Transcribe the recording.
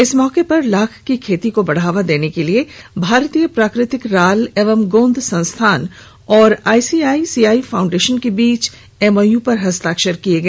इस मौके पर लाख की खेती को बढ़ावा देने के लिए भारतीय प्राकृतिक राल एवं गोंद संस्थान और आईसीआईसीआई फाउंडेशन के बीच एमओयू पर हस्ताक्षर हुआ